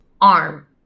arm